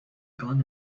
gone